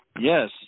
Yes